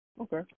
Okay